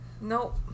Nope